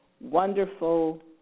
wonderful